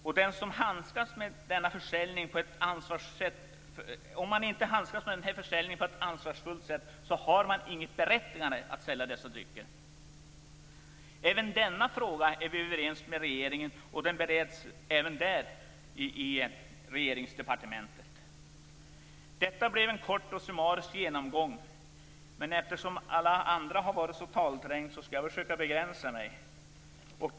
Om man inte handskas med denna försäljningen på ett ansvarsfullt sätt är man inte berättigad att sälja dessa drycker. Även i denna fråga är vi överens med regeringen. Frågan bereds även i departementet. Detta blev en kort och summarisk genomgång. Men eftersom alla andra har varit så talträngda har jag försökt begränsa mig.